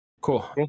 Cool